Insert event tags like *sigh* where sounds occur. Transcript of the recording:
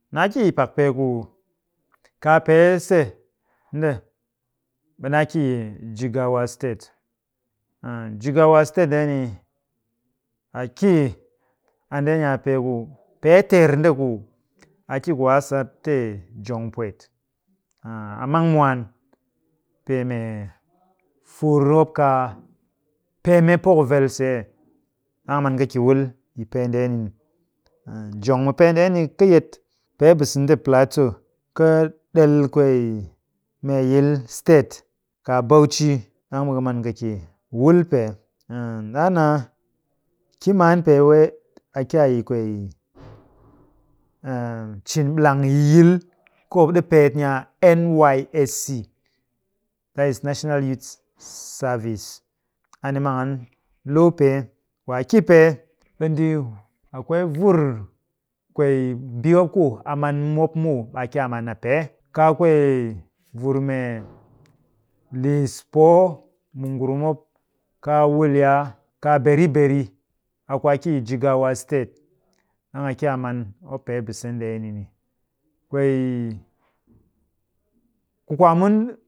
Naa ki yi pak pee ku, kaa pee se nde, ɓe naa ki yi jigawa state. *hesitation* jigawa state ndeeni, a ki a ndeeni a pee ku, pee teer nde ku a ki ku a sat te jong pwet. A mang mwaan pee mee fur mop kaa peemee poo *unintelligible* vel see. Ɗang a man kɨ ki wul yi pee ndeeni. *hesitation* jong mu pee ndeeni, ka yet pee bise nde plateau, ka ɗel kwee mee yil, state kaa bauchi ɗang ka man kɨ ki wul pee. *hesitation* ɗaa naa ki maan pee *unintelligible* a ki yi kwee *hesitation* cin ɓilang yi yil ku mop ɗi peet ni a nysc. That is national youth service. A ni mang an loo pee. Ku a ki pee, ɓe ndi akwai vur kwee mbii mop ku a man mop muw. A ki a man a pee. Kaa kwee vur mee liis poo mu ngurum mop kaa wuliya, kaa beriberi. A ku aki yi jigawa state ɗang a ki a man mop pee bise ndeeni. Kwee ku kwaamun.